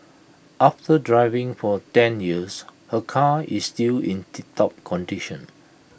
after driving for ten years her car is still in tiptop condition